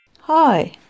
Hi